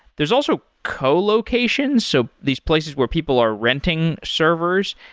there's also collocations, so these places where people are renting servers.